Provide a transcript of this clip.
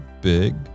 big